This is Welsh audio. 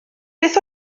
beth